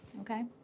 Okay